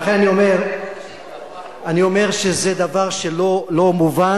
ולכן אני אומר שזה דבר שלא מובן,